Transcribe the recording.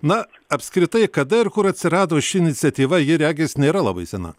na apskritai kada ir kur atsirado ši iniciatyva ji regis nėra labai sena